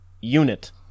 unit